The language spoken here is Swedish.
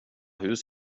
hus